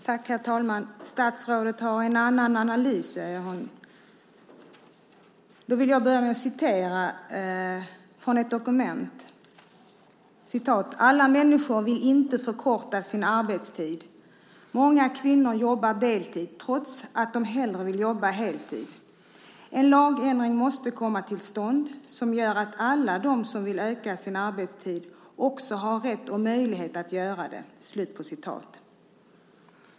Herr talman! Statsrådet har en annan analys, säger hon. Jag vill börja med att citera ur ett dokument: "Alla människor vill inte förkorta sin arbetstid. Många kvinnor jobbar deltid trots att de hellre vill jobba heltid. En lagändring måste komma till stånd som gör att alla de som vill öka sin arbetstid också har rätt och möjlighet att göra det."